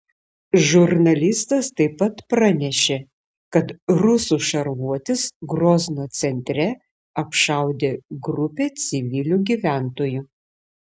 žurnalistas taip pat pranešė kad rusų šarvuotis grozno centre apšaudė grupę civilių gyventojų